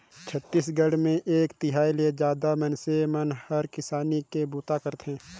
छत्तीसगढ़ मे एक तिहाई ले जादा मइनसे मन हर किसानी के बूता करथे